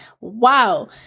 wow